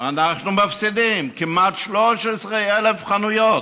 אנחנו מפסידים, כמעט 13,000 חנויות.